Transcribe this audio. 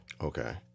okay